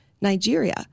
Nigeria